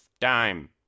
time